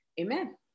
Amen